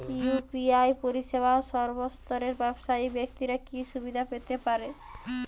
UPI পরিসেবা সর্বস্তরের ব্যাবসায়িক ব্যাক্তিরা কি সুবিধা পেতে পারে?